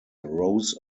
rows